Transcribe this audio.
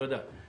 תודה.